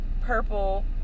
purple